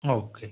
okay